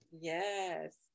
Yes